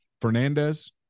Fernandez